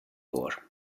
går